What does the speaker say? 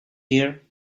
here